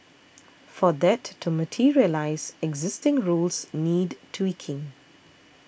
for that to materialise existing rules need tweaking